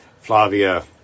Flavia